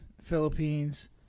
Philippines